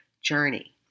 journey